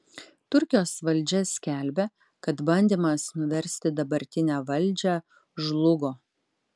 turkijos valdžia skelbia kad bandymas nuversti dabartinę valdžią žlugo